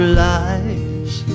lies